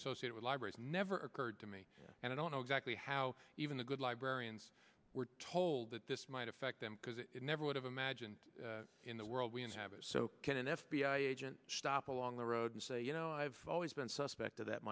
associate with libraries never occurred to me and i don't know exactly how even the good librarians were told that this might affect them because it never would have imagined in the world we inhabit so can an f b i agent stop along the road and say you know i've always been suspect of that